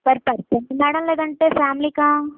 per పర్సన్కా madam లేదంటే ఫ్యామిలీకా